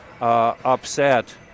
upset